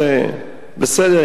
בסדר,